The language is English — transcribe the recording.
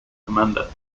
commander